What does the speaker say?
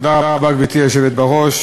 גם סעיף 4 אושר בקריאה שנייה.